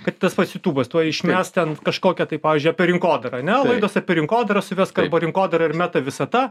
kad tas pats jutubas tuoj išmes ten kažkokią tai pavyzdžiui apie rinkodarą ane laidos apie rinkodarą suvesk arba rinkodara ir meta visata